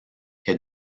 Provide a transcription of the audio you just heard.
est